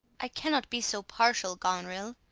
i cannot be so partial, goneril,